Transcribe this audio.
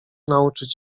nauczyć